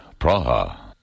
Praha